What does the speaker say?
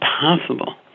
possible